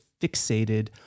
fixated